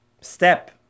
step